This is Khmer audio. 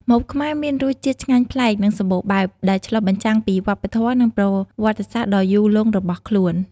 ម្ហូបខ្មែរមានរសជាតិឆ្ងាញ់ប្លែក និងសម្បូរបែប ដែលឆ្លុះបញ្ចាំងពីវប្បធម៌ និងប្រវត្តិសាស្ត្រដ៏យូរលង់របស់ខ្លួន ។